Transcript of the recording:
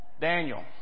Daniel